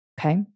Okay